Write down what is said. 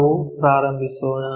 ನಾವು ಪ್ರಾರಂಭಿಸೋಣ